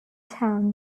town